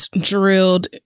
drilled